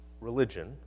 religion